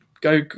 go